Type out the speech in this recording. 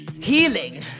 Healing